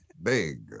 Big